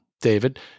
David